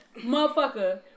motherfucker